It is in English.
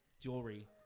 jewelry